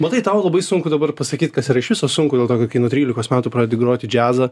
matai tau labai sunku dabar pasakyt kas yra iš viso sunku kai nuo trylikos metų pradedi groti džiazą